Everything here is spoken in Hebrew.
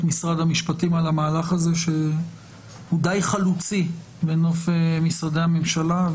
משרד המשפטים על המהלך הזה שהוא די חלוצי בנוף משרדי הממשלה.